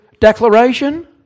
declaration